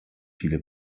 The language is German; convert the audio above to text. viele